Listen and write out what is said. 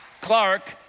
Clark